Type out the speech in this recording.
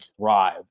thrive